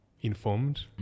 informed